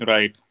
Right